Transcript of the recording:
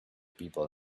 people